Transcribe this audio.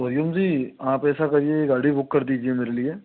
तो अय्यूम जी आप ऐसा करिए ये गाड़ी बुक कर दीजिए मेरे लिए